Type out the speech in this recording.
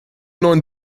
neuen